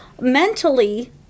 mentally